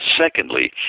Secondly